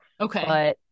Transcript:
Okay